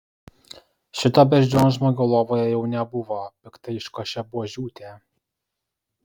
šito beždžionžmogio lovoje jau nebuvo piktai iškošė buožiūtė